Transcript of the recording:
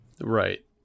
Right